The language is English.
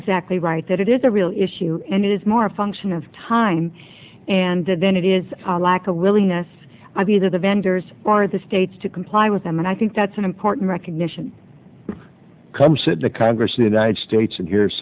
exactly right that it is a real issue and it is more a function of time and then it is a lack of willingness of either the vendors or the states to comply with them and i think that's an important recognition come sit the congress the united states and he